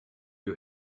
you